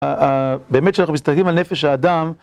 באמת, כשאנחנו מסתכלים על נפש האדם...